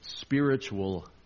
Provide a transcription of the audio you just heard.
spiritual